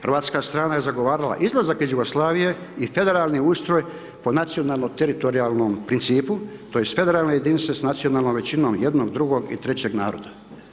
Hrvatska strana je zagovarala izlazak iz Jugoslavije i federalni ustroj po nacionalno teritorijalnom principu tj. federalne jedinice sa nacionalnom većinom jednom, drugom i trećeg naroda.